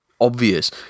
obvious